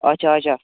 اَچھا اَچھا